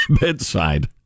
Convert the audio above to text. bedside